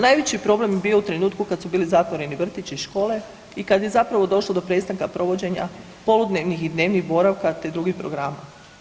Najveći problem je bio u trenutku kad su bili zatvoreni vrtići i škole i kad je zapravo došlo do prestanka provođenja poludnevnih i dnevnih boravka te drugih programa.